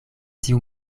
tiu